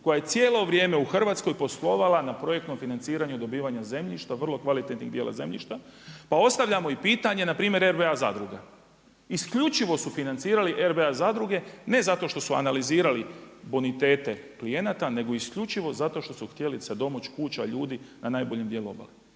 koja je cijelo vrijeme u Hrvatskoj poslovala na projektnom financiranju dobivanja zemljišta, vrlo kvalitetnih dijela zemljišta, pa ostavljamo i pitanje npr. RBA zadruga. Isključivo su financirali RBA zadruge, ne zato što su analizirali bonitete klijenata nego isključivo zato što su htjeli se domoć kuća, ljudi na najboljem dijelu obale.